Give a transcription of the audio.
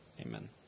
Amen